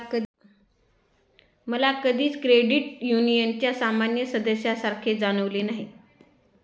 मला कधीच क्रेडिट युनियनच्या सामान्य सदस्यासारखे जाणवले नाही